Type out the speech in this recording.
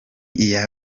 iya